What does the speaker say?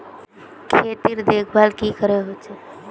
खेतीर देखभल की करे होचे?